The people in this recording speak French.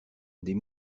des